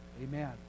Amen